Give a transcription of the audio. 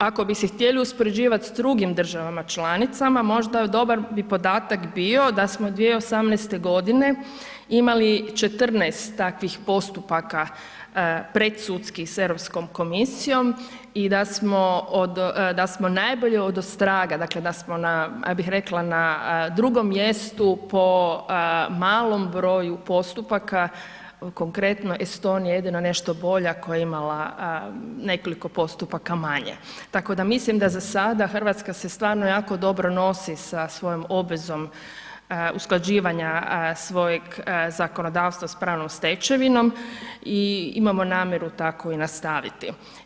Ako bi se htjeli uspoređivat s drugim državama članicama možda dobar bi podatak bio da smo 2018.g. imali 14 takvih postupaka predsudskih s Europskom komisijom i da smo od, da smo najbolji odostraga, dakle da smo na, ja bih rekla na drugom mjestu po malom broju postupaka, konkretno Estonija je jedino nešto bolja koja je imala nekoliko postupaka manje, tako da mislim da za sada RH se jako dobro nosi sa svojom obvezom usklađivanja svojeg zakonodavstva s pravnom stečevinom i imamo namjeru tako i nastaviti.